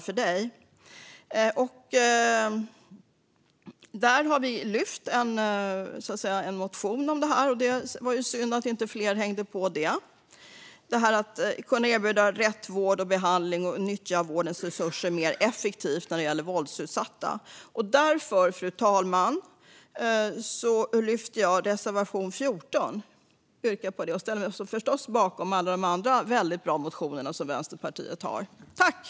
Vi har en motion om detta, och det är synd att inte fler har hängt på den. Det handlar om att kunna erbjuda rätt vård och behandling och att nyttja vårdens resurser mer effektivt när det gäller våldsutsatta. Därför vill jag yrka bifall till reservation 14, men jag står förstås bakom alla de andra väldigt bra motionerna från oss i Vänsterpartiet.